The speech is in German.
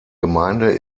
gemeinde